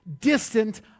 distant